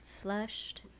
Flushed